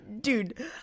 Dude